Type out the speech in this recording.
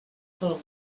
pel